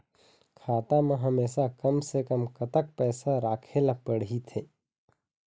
खाता मा हमेशा कम से कम कतक पैसा राखेला पड़ही थे?